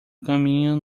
caminho